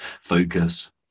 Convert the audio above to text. focus